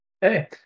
Hey